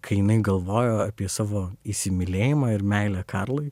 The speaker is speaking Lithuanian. kai jinai galvojo apie savo įsimylėjimą ir meilę karlui